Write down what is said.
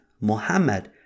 Muhammad